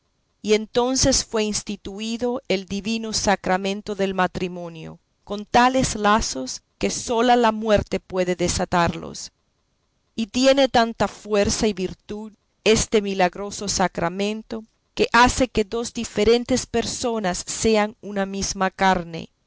y entonces fue instituido el divino sacramento del matrimonio con tales lazos que sola la muerte puede desatarlos y tiene tanta fuerza y virtud este milagroso sacramento que hace que dos diferentes personas sean una mesma carne